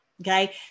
Okay